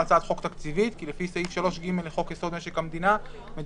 הצעת חוק תקציבית כי לפי סעיף 3ג' לחוק יסוד: משק המדינה מדובר